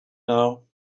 now